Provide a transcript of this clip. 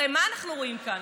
הרי מה אנחנו רואים כאן?